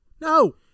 no